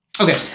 Okay